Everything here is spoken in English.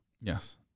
Yes